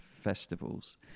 festivals